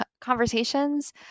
conversations